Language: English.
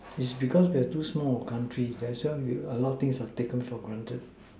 is because they are too small a country that's why we a lot of things are taken for granted